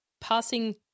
passing